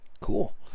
cool